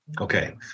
Okay